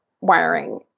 wiring